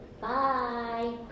Bye